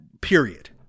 period